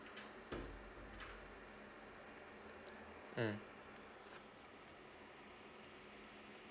mm